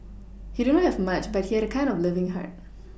he did not have much but he had a kind and loving heart